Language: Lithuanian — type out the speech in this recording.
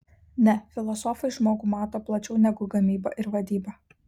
ne filosofai žmogų mato plačiau negu gamyba ir vadyba